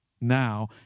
now